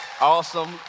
Awesome